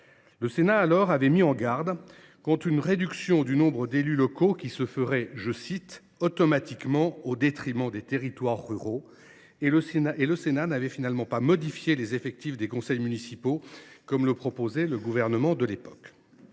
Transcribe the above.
Le Sénat avait alors mis en garde contre une réduction du nombre d’élus locaux qui se ferait « automatiquement au détriment des territoires ruraux », et il n’avait finalement pas modifié les effectifs des conseils municipaux, contrairement à ce que proposait le gouvernement de l’époque.